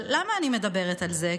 אבל למה אני מדברת על זה?